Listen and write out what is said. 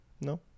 No